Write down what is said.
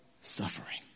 suffering